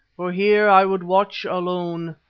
for here i would watch alone.